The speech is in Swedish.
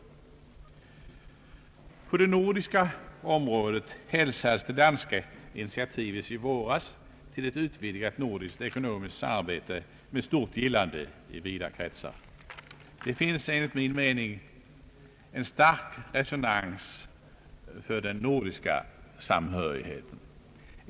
På det nordiska området hälsades det danska initiativet i våras till ett utvidgat nordiskt ekonomiskt samarbete med stort gillande i vida kretsar. Det finns enligt min mening en stark resonans för den nordiska samhörigheten.